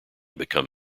become